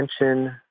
attention